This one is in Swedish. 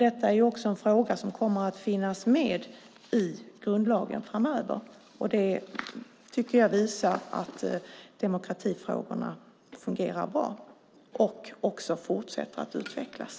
Detta är ju något som kommer att finnas med i grundlagen framöver. Jag tycker att det visar att demokratifrågorna fungerar bra och fortsätter att utvecklas.